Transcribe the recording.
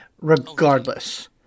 Regardless